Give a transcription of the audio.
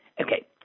Okay